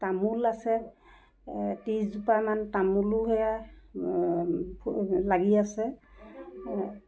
তামোল আছে ত্ৰিছজোপামান তামোলো হেয়া লাগি আছে